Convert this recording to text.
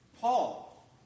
Paul